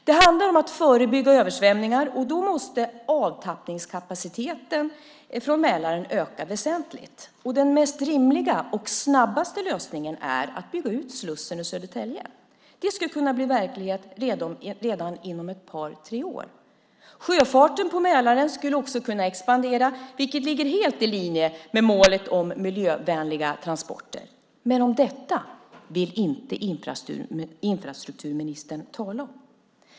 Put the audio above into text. Det handlar om att förebygga översvämningar, och då måste avtappningskapaciteten från Mälaren öka väsentligt. Den rimligaste och snabbaste lösningen är att bygga ut slussen i Södertälje. Det skulle kunna bli verklighet redan inom ett par tre år. Sjöfarten på Mälaren skulle också kunna expandera, vilket ligger helt i linje med målet om miljövänliga transporter. Men detta vill infrastrukturministern inte tala om.